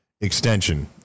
extension